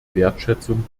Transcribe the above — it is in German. wertschätzung